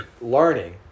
learning